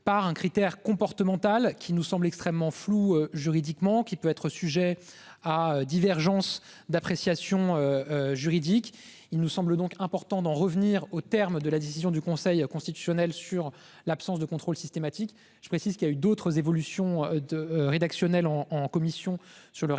par un critère comportemental qui nous semble extrêmement floue juridiquement, qui peut être sujets à divergences d'appréciation. Juridique, il nous semble donc important d'en revenir au terme de la décision du Conseil constitutionnel sur l'absence de contrôle systématique. Je précise qu'il a eu d'autres évolutions de rédactionnel en en commission sur le reste